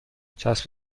چسب